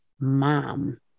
Mom